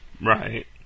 right